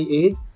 age